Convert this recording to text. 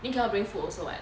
then cannot bring food also [what]